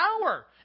power